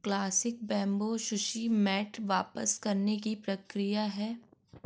classic bamboo sushi mat वापस करने की प्रक्रिया क्या है